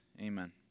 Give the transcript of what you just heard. Amen